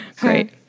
Great